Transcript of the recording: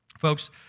Folks